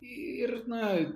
ir na